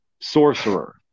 sorcerer